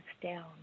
down